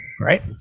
right